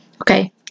Okay